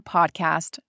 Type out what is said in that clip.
Podcast